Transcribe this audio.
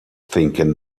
thinking